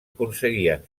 aconseguien